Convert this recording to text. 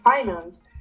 finance